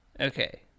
Okay